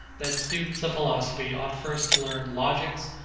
that students of philosophy ought first to learn logics,